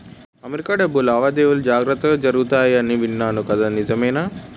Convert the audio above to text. America డబ్బు లావాదేవీలన్నీ జాగ్రత్తగా జరుగుతాయని విన్నాను కదా నిజమే